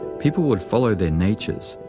people would follow their natures,